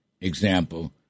example